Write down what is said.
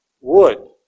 wood